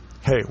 Hey